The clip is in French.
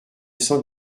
cent